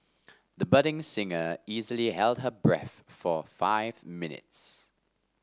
the budding singer easily held her breath for five minutes